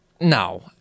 No